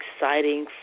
exciting